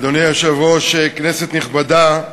אדוני היושב-ראש, כנסת נכבדה,